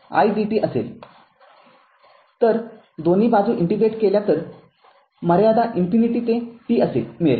तर जर दोन्ही बाजू इंटिग्रेट केल्या तर मर्यादा इन्फिनिटी ते t मिळेल